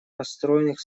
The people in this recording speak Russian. построенных